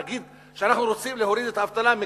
נגיד שאנחנו רוצים להוריד את האבטלה.